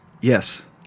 Yes